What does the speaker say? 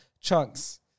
Chunks